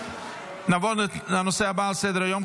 נעבור להצעת החוק הבאה שעל סדר-היום,